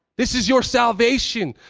this is your salvation.